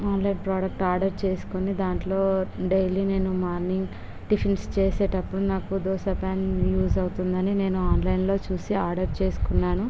online product order చేసుకొని దాంట్లో daily నేను మార్నింగ్ టిఫిన్స్ చేసేటప్పుడు నాకు దోస పాన్ యూస్ అవుతుంది అని నేను ఆన్లైన్లో చూసి ఆర్డర్ చేసుకున్నాను